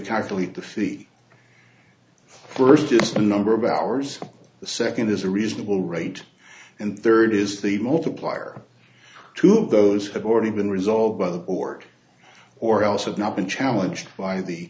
calculate the fee first is the number of hours the second is a reasonable rate and third is the most apply or two of those have already been resolved by the board or else have not been challenged by the